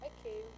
Okay